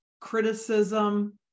criticism